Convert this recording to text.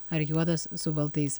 ar juodas su baltais